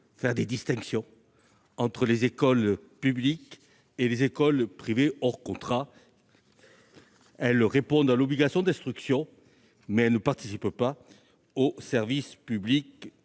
faire une distinction entre les écoles publiques et les écoles privées hors contrat, lesquelles répondent à l'obligation d'instruction, mais ne participent pas au service public